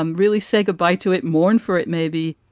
um really say goodbye to it, mourn for it, maybe.